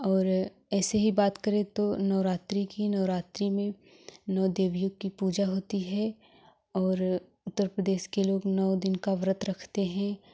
और ऐसे ही बात करें तो नवरात्रि की नवरात्रि में नौ देवियों की पूजा होती है और उत्तर प्रदेश के लोग नौ दिन का व्रत रखते हैं